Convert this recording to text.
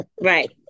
right